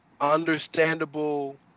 understandable